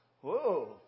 Whoa